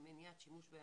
מניעת שימוש באלימות,